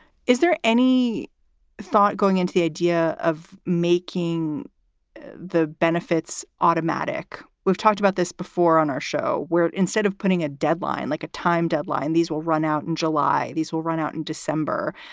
is there any thought going into the idea of making the benefits automatic? we've talked about this before on our show where instead of putting a deadline like a time deadline, these will run out in july. these will run out in december,